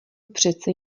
přece